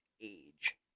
age